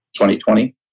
2020